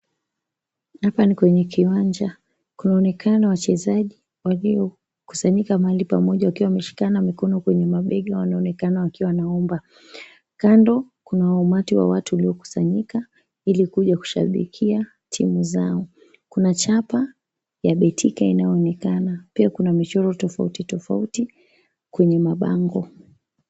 Hapa ni kwenye kiwanja. Kunaonekana wachezaji waliokusanyika mahali pamoja wakiwa wameshikana mikono kwenye mabega wanaonekana wakiwa wanaomba. Kando kuna umati wa watu uliokusanyika ili kuja kushabikia timu zao. Kuna chapa ya betika inayoonekana. Pia kuna michoro tofauti tofauti kwenye mabango.